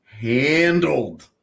handled